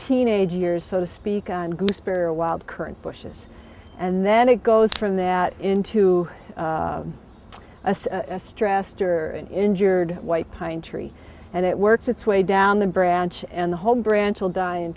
teenage years so to speak and gaspare wild current bushes and then it goes from that into a stressed or injured white pine tree and it works its way down the branch and the whole branch will die